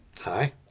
Hi